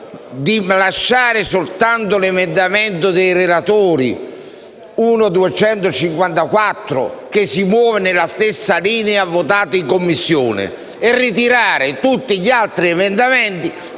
di lasciare solo l'emendamento dei relatori 1.254, che si muove nella stessa linea votata in Commissione, e di ritirare tutti gli altri emendamenti.